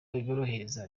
biborohereza